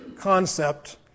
concept